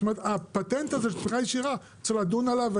זאת אומרת הפטנט הזה של תמיכה ישירה צריכים לדון עליו.